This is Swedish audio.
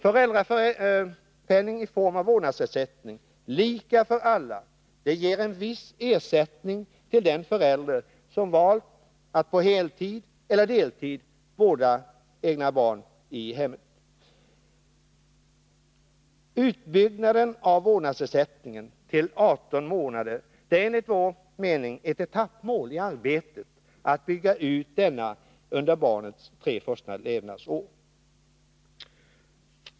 Föräldrapenningen i form av vårdnadsersättning lika för alla ger en viss ersättning till den förälder som valt att på heltid eller deltid vårda egna barn i hemmet. Utbyggnaden till 18 månader är enligt vår mening ett etappmål i arbetet att bygga ut vårdnadsersättningen till att omfatta barnets tre första levnadsår.